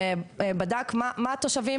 שבדק מה מעניין את התושבים,